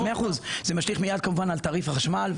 זה משליך מיד, כמובן, על תעריף החשמל.